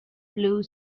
blue